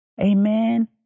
Amen